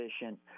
efficient